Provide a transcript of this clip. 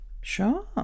Sure